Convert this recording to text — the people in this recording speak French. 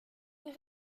des